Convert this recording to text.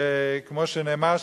וכמו שנאמר שם,